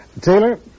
Taylor